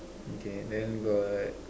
okay then got